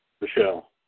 Michelle